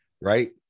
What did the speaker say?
right